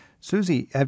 Susie